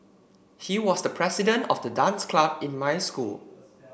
he was the president of the dance club in my school